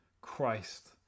Christ